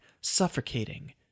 suffocating